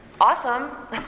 awesome